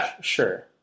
sure